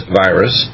virus